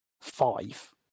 five